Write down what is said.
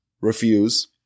refuse